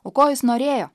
o ko jis norėjo